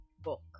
book